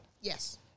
Yes